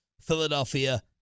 Philadelphia